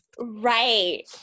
right